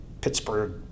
Pittsburgh